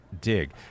dig